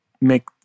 make